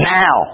now